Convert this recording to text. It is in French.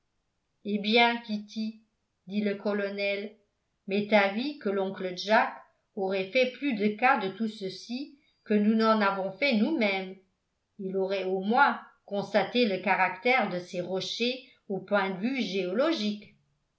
eh bien kitty dit le colonel m'est avis que l'oncle jack aurait fait plus de cas de tout ceci que nous n'en avons fait nous-mêmes il aurait au moins constaté le caractère de ces rochers au point de vue géologique